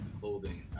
clothing